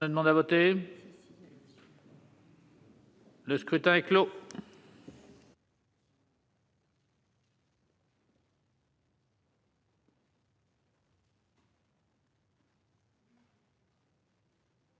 Le scrutin est clos.